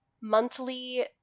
monthly